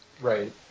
Right